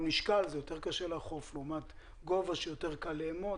משקל שיותר קשה לאכוף לעומת גובה שיותר קל לאמוד.